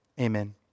Amen